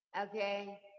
Okay